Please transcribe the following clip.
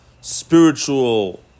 spiritual